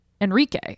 Enrique